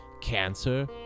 cancer